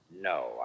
No